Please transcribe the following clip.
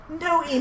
no